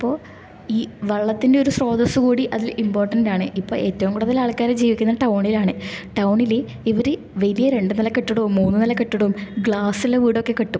അപ്പോൾ ഈ വെള്ളത്തിൻ്റെ ഒരു സ്രോതസ്സ് കൂടി അതിൽ ഇമ്പോർട്ടൻറ്റാണ് ഇപ്പം ഏറ്റോം കൂടുതൽ ആൾക്കാർ ജീവിക്കുന്നത് ടൗണിലാണ് ടൗണില് ഇവർ വലിയ രണ്ട് നില കെട്ടിടോം മൂന്ന് നില കെട്ടിടോം ഗ്ളാസൊള്ള വീടെക്കെ കെട്ടും